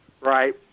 right